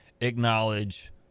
acknowledge